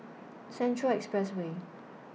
Central Expressway